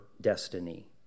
destiny